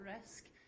risk